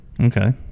Okay